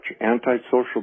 antisocial